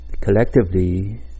collectively